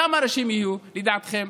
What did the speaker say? כמה אנשים יהיו לדעתכם,